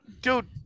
dude